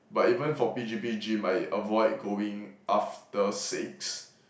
but even for P_G_P gym I avoid going after six